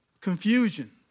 Confusion